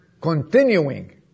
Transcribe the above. continuing